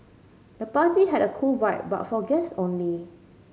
the party had a cool vibe but for guest only